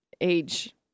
age